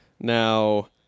Now